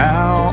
Now